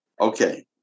Okay